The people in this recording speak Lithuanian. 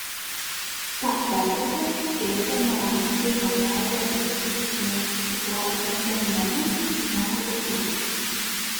tą popietę tėtė maloningai man leido susitikinėti su tuo džentelmenu nieko daugiau